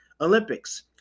Olympics